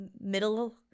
middle